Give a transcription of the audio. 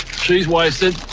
she's wasted,